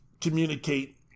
communicate